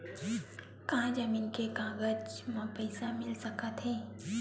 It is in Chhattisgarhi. का जमीन के कागज म पईसा मिल सकत हे?